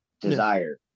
desire